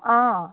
অঁ